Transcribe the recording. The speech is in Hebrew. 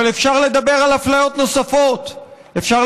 אבל אפשר לדבר על אפליות נוספות: אפשר